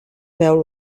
beu